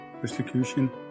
persecution